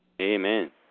Amen